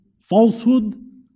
Falsehood